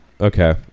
Okay